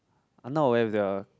are not aware with the